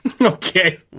Okay